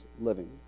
living